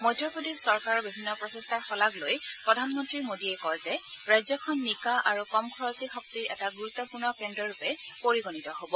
মধ্যপ্ৰদেশ চৰকাৰৰ বিভিন্ন প্ৰচেষ্টাৰ শলাগ লৈ প্ৰধানমন্ত্ৰী মোডীয়ে কয় যে ৰাজ্যখন নিকা আৰু কম খৰচী শক্তিৰ এটা গুৰুত্বপূৰ্ণ কেন্দ্ৰ ৰূপে পৰিগণিত হ'ব